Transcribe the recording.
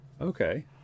Okay